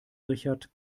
richard